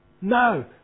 No